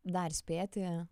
dar spėti